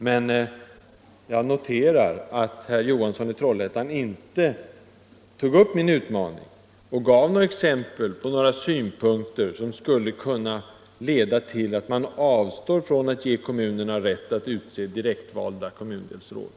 Men jag noterar att herr Johansson i Trollhättan inte tog upp min utmaning att ge exempel på några synpunkter som skulle kunna leda till att man avstår från att ge kommunerna rätt att utse direktvalda kommundelsråd.